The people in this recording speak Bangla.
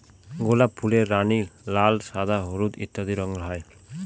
গোলাপ ফুলের রানী, লাল, সাদা, হলুদ ইত্যাদি রঙের হয়